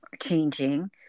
changing